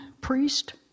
priest